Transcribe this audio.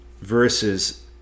versus